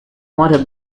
water